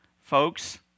folks